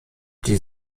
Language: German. die